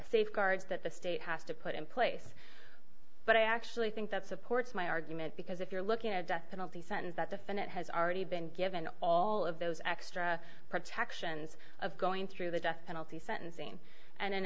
safeguards that the state has to put in place but i actually think that supports my argument because if you're looking at a death penalty sentence that the finance has already been given all of those extra protections of going through the death penalty sentencing and in